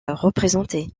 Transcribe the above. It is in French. représenté